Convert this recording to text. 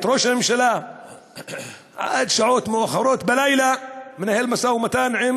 את ראש הממשלה עד שעות מאוחרות בלילה מנהל משא-ומתן עם